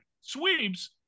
sweeps